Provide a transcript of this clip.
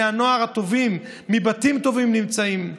הנוער הטובים מבתים טובים נמצאים בהם.